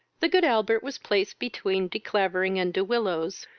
the good albert was placed between de clavering and de willows,